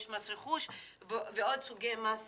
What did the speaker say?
יש מס רכוש ועוד סוגי מס שונים,